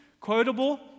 Quotable